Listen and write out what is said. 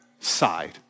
Side